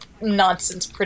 nonsense